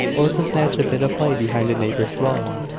or to snatch a bit of play behind a neighbour's dwelling.